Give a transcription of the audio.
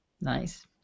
Nice